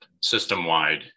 system-wide